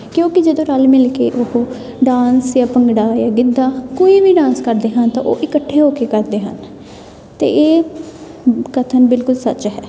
ਕਿਉਂਕਿ ਜਦੋਂ ਰਲ ਮਿਲ ਕੇ ਉਹ ਡਾਂਸ ਜਾਂ ਭੰਗੜਾ ਜਾਂ ਗਿੱਧਾ ਕੋਈ ਵੀ ਡਾਂਸ ਕਰਦੇ ਹਨ ਤਾਂ ਉਹ ਇਕੱਠੇ ਹੋ ਕੇ ਕਰਦੇ ਹਨ ਅਤੇ ਇਹ ਕਥਨ ਬਿਲਕੁਲ ਸੱਚ ਹੈ